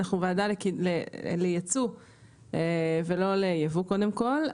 אנחנו וועדה לייצוא ולא לייבוא, קודם כל.